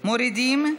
מורידים?